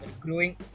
growing